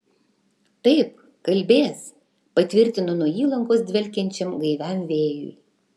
taip kalbės patvirtino nuo įlankos dvelkiančiam gaiviam vėjui